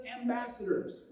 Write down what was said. ambassadors